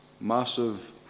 massive